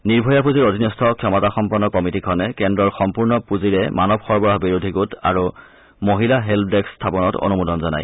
নিৰ্ভয়া পুঁজিৰ অধীনস্থ ক্ষমতাসম্পন্ন কমিটীখনে কেন্দ্ৰৰ সম্পূৰ্ণ পুঁজিৰে মানৱ সৰবৰাহ বিৰোধী গোট আৰু মহিলা হেল্স ডেস্ক স্থাপনত অনুমোদন জনায়